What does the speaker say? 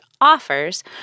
offers